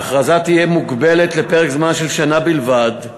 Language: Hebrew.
ההכרזה תהיה מוגבלת לפרק זמן של שנה בלבד,